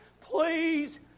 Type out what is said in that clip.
please